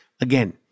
Again